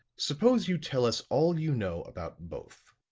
suppose you tell us all you know about both.